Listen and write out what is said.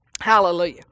Hallelujah